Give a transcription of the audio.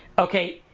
okay,